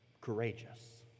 courageous